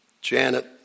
Janet